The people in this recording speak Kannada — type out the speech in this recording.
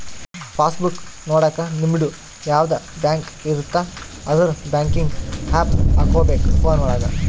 ಪಾಸ್ ಬುಕ್ ನೊಡಕ ನಿಮ್ಡು ಯಾವದ ಬ್ಯಾಂಕ್ ಇರುತ್ತ ಅದುರ್ ಬ್ಯಾಂಕಿಂಗ್ ಆಪ್ ಹಕೋಬೇಕ್ ಫೋನ್ ಒಳಗ